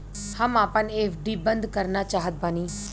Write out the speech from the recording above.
हम आपन एफ.डी बंद करना चाहत बानी